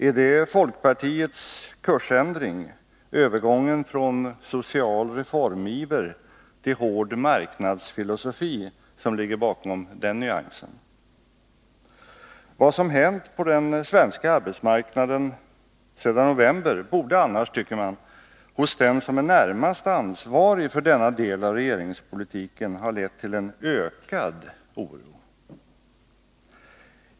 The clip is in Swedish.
Är det folkpartiets kursändring, övergången från social reformiver till hård marknadsfilosofi, som ligger bakom den nyansen? Vad som hänt på den svenska arbetsmarknaden sedan november borde annars, tycker man, hos den som är närmast ansvarig för denna del av regeringspolitiken ha lett till en ökad oro.